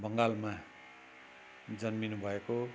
बङ्गालमा जन्मिनुभएको